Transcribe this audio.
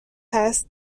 هست